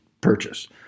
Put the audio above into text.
purchase